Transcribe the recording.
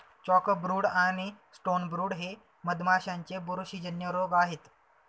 chalkbrood आणि stonebrood हे मधमाशांचे बुरशीजन्य रोग आहेत